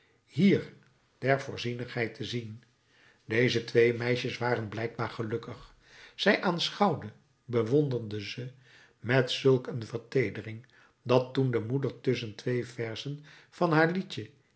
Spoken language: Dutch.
hier der voorzienigheid te zien deze twee meisjes waren blijkbaar gelukkig zij aanschouwde bewonderde ze met zulk een verteedering dat toen de moeder tusschen twee verzen van haar liedje